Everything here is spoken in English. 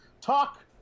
talk